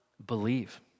believe